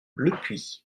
lepuix